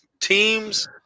teams